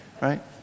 right